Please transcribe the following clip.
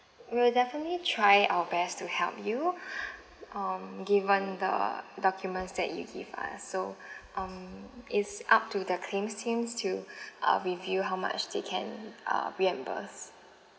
we'll definitely try our best to help you um given the documents that you give us so um it's up to the claims teams to uh review how much they can uh reimburse